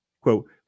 Quote